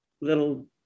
little